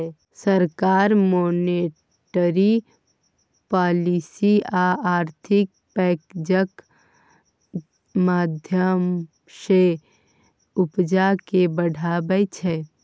सरकार monetary policy आ आर्थिक पैकैजक माध्यमँ सँ उपजा केँ बढ़ाबै छै